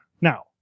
Now